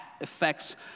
affects